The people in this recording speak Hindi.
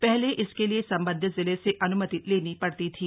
पहले इसके लिए संबंधित जिले से अन्मति लेनी पड़ती थी